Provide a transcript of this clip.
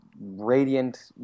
radiant